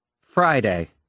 Friday